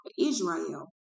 Israel